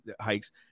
hikes